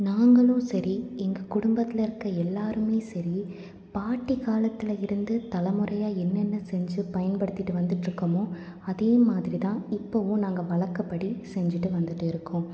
நாங்களும் சரி எங்கள் குடும்பத்தில் இருக்கிற எல்லோருமே சரி பாட்டி காலத்தில் இருந்து தலைமுறையாக என்னென்ன செஞ்சு பயன்படுத்திட்டு வந்துட்டு இருக்கோமோ அதே மாதிரி தான் இப்பவும் நாங்கள் வழக்கப்படி செஞ்சுட்டு வந்துட்டு இருக்கோம்